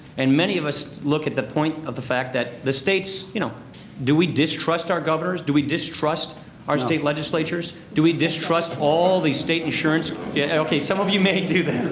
and many of us look at the point of the fact that the states you know do we distrust our governors, do we distrust our state legislatures, do we distrust all the state insurance yeah okay, some of you may do that.